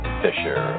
fisher